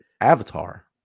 Avatar